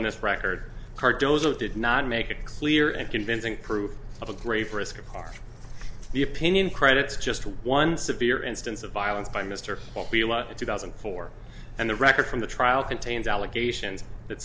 on this record card did not make it clear and convincing proof of a grave risk are the opinion credits just one severe instance of violence by mr two thousand and four and the record from the trial contains allegations that